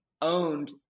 owned